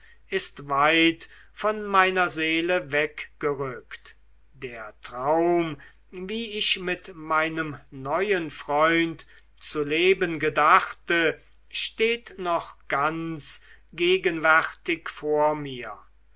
ist weit von meiner seele weggerückt der traum wie ich mit meinem neuen freund zu leben gedachte steht noch ganz gegenwärtig vor mir